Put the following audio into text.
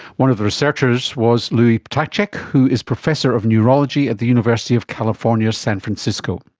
one of the researchers was louis ptacek who is professor of neurology at the university of california, san francisco.